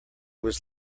was